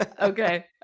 Okay